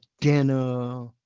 dinner